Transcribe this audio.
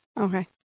Okay